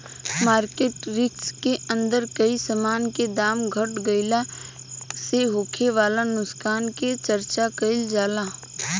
market risk के अंदर कोई समान के दाम घट गइला से होखे वाला नुकसान के चर्चा काइल जाला